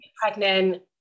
Pregnant